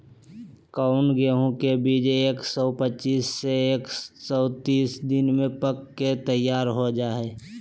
कौन गेंहू के बीज एक सौ पच्चीस से एक सौ तीस दिन में पक के तैयार हो जा हाय?